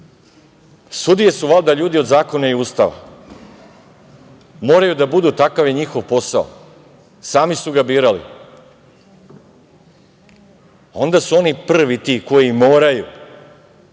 izjavi. Sudije su valjda ljudi od zakona i Ustava. Moraju da budu takav je njihov posao, sami su ga birali. Onda su onda prvi ti koji moraju